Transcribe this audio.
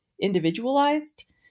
individualized